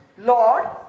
Lord